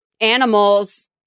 animals